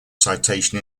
citation